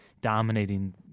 dominating